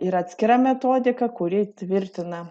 yra atskira metodika kuri tvirtina